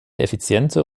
effiziente